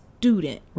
Student